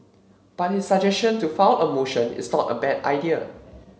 but his suggestion to file a motion is not a bad idea